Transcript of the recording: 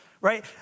Right